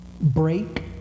break